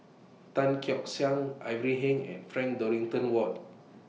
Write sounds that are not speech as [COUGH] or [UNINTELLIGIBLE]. Tan Keong [UNINTELLIGIBLE] Ivan Heng and Frank Dorrington Ward